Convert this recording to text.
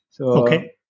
Okay